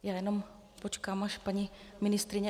Jenom počkám, až paní ministryně...